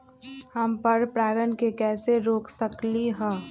हम पर परागण के कैसे रोक सकली ह?